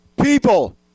people